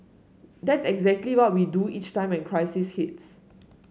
that's exactly what we do each time when crisis hits